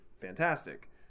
fantastic